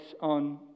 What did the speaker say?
on